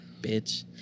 bitch